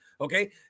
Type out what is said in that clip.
Okay